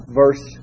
verse